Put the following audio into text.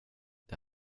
det